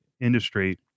industry